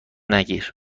نگیر